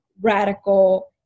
radical